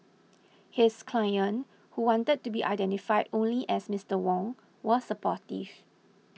his client who wanted to be identified only as Mister Wong was supportive